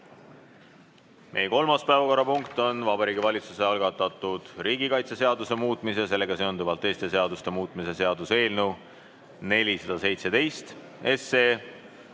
Meie kolmas päevakorrapunkt on Vabariigi Valitsuse algatatud riigikaitseseaduse muutmise ja sellega seonduvalt teiste seaduste muutmise seaduse eelnõu 417,